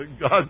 God